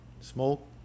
Smoke